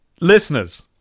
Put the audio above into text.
listeners